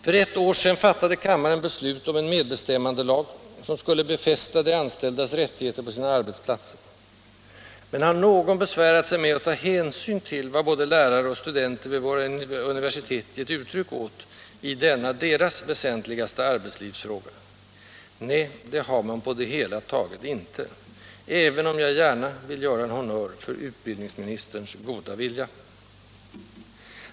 För ett år sedan fattade kammaren beslut om en medbestämmandelag, som skulle befästa de anställdas rättigheter på sina arbetsplatser. Men har någon besvärat sig med att ta hänsyn till vad både lärare och studenter vid våra universitet givit uttryck åt i denna deras väsentligaste arbetslivsfråga? Nej, det har man på det hela taget inte — även om jag gärna gör en honnör för utbildningsministerns goda vilja.